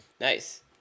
Nice